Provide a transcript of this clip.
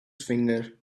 finger